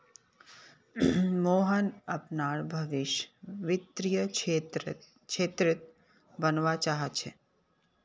मोहन अपनार भवीस वित्तीय क्षेत्रत बनवा चाह छ